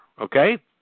Okay